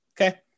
okay